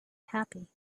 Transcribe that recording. happy